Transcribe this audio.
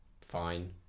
fine